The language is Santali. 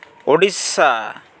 ᱚᱲᱤᱥᱥᱟ